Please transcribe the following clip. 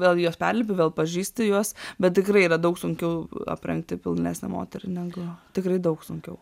vėl juos perlipi vėl pažįsti juos bet tikrai yra daug sunkiau aprengti pilnesnę moterį negu tikrai daug sunkiau